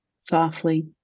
softly